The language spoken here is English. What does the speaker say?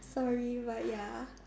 sorry but ya